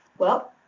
well,